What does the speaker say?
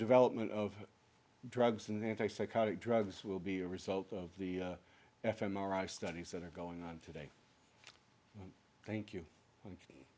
development of drugs and anti psychotic drugs will be a result of the f m r i studies that are going on today thank you thank you